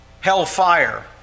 Hellfire